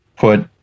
put